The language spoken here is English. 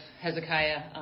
Hezekiah